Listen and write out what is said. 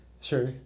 Sure